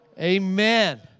Amen